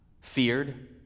feared